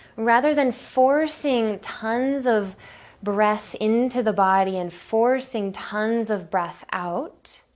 rather than forcing tons of breath into the body and forcing tons of breath out,